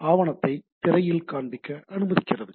ஆவணத்தை திரையில் காண்பிக்க அனுமதிக்கிறது